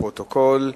לפרוטוקול.